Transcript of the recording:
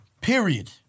period